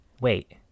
wait